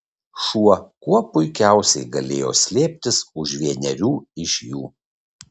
šuo kuo puikiausiai galėjo slėptis už vienerių iš jų